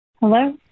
Hello